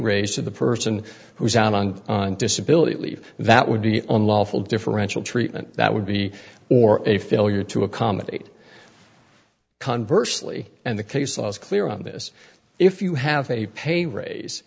raise to the person who's out on disability leave that would be unlawful differential treatment that would be or a failure to accommodate conversely and the case was clear on this if you have a pay raise